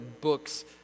books